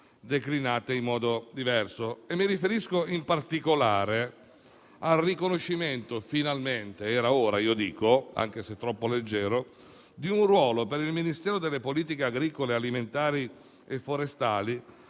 declinate in modo diverso e mi riferisco in particolare al riconoscimento, finalmente - era ora che vi fosse, a mio parere, anche se troppo leggero - di un ruolo per il Ministero delle politiche agricole, alimentari e forestali